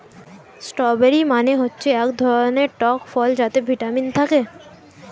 strawberry মানে হচ্ছে এক ধরনের টক ফল যাতে ভিটামিন থাকে